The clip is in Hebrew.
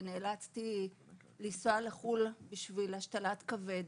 ונאלצתי לנסוע לחו"ל בשביל השתלת כבד.